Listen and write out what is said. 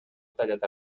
tallat